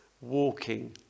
walking